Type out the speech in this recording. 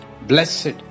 Blessed